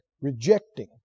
rejecting